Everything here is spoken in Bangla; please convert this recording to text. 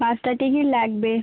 পাঁচটা টিকিট লাগবে